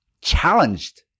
challenged